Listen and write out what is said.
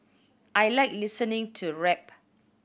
I like listening to rap